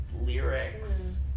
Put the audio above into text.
lyrics